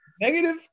negative